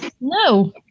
No